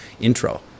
intro